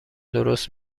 درست